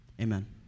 Amen